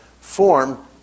form